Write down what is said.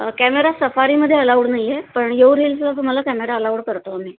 camera सफारीमध्ये allowed नाहीये पण येऊर हिलजवर तुम्हाला कॅमेरा अलाऊड करतो आम्ही